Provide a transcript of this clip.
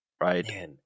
Right